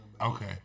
Okay